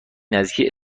نزدیکی